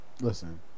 Listen